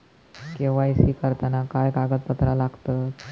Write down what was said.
KYC करताना काय कागदपत्रा लागतत?